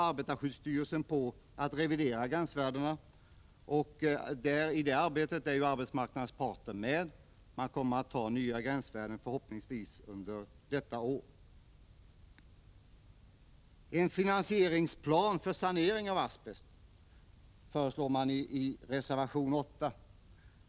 Arbetarskyddsstyrelsen håller på att revidera gränsvärdena för asbest, och i det arbetet är arbetsmarknadens parter med. Förhoppningsvis kommer nya gränsvärden att fastställas under innevarande år. En finansieringsplan för sanering av asbest föreslås i reservation 8.